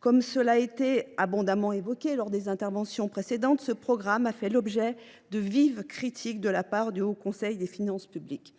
Comme cela a été abondamment évoqué lors des interventions précédentes, ce programme a fait l’objet de vives critiques de la part du Haut Conseil des finances publiques.